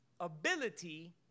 ability